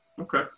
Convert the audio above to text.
Okay